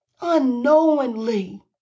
unknowingly